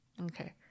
okay